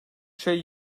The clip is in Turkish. şey